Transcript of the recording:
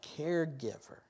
caregiver